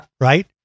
right